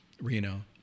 Reno